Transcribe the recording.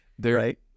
Right